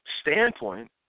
standpoint